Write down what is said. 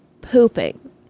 pooping